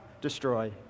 destroy